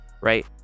right